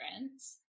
difference